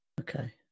Okay